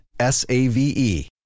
S-A-V-E